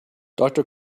doctor